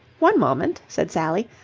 one moment, said sally.